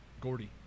Gordy